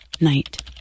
night